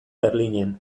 berlinen